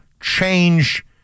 change